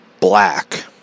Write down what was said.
black